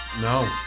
No